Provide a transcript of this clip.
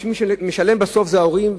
כי מי שמשלם בסוף זה ההורים,